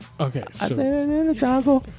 Okay